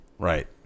right